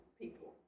people